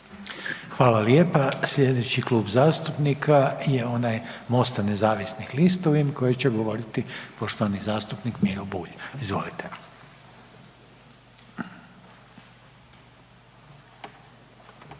Hvala lijepa. Slijedeći Klub zastupnika je onaj MOST-a nezavisnih lista u ime kojeg će govoriti poštovani zastupnik Miro Bulj, izvolite.